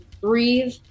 Breathe